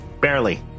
barely